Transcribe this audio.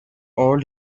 all